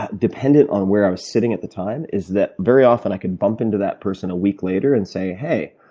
dependent on where i was sitting at the time is that very often i could bump into that person a week later and say, hey,